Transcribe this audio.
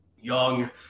Young